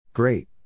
Great